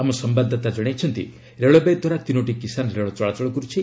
ଆମ ସମ୍ଭାଦଦାତା ଜଣାଇଛନ୍ତି ରେଳବାଇ ଦ୍ୱାରା ତିନୋଟି କିଶାନ୍ ରେଳ ଚଳାଚଳ କରୁଛି